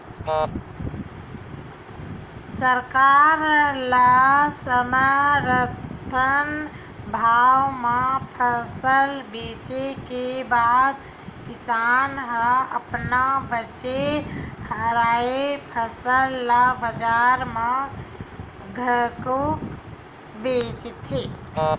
सरकार ल समरथन भाव म फसल बेचे के बाद किसान ह अपन बाचे हरय फसल ल बजार म घलोक बेचथे